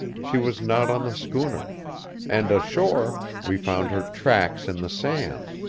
she was not on the schooner and ashore, we found her tracks in the sand.